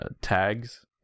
tags